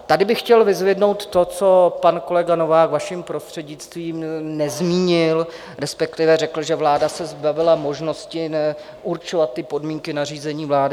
Tady bych chtěl vyzvednout to, co pan kolega Novák, vaším prostřednictvím, nezmínil, respektive řekl, že vláda se zbavila možnosti určovat ty podmínky nařízení vlády.